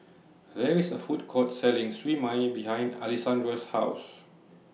There IS A Food Court Selling Siew Mai behind Alessandra's House